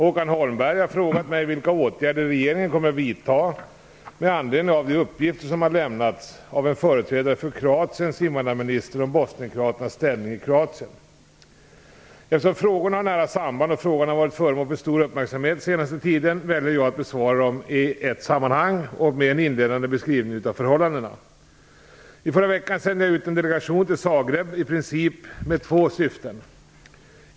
Håkan Holmberg har frågat mig vilka åtgärder regeringen kommer att vidta med anledning av de uppgifter som har lämnats av en företrädare för Kroatiens invandrarminister om bosnienkroaternas ställning i Eftersom frågorna har nära samband och frågan har varit föremål för stor uppmärksamhet den senaste tiden väljer jag att besvara dem i ett sammanhang och med en inledande beskrivning av förhållandena. I förra veckan sände jag ut en delegation till Zagreb i princip med två syften.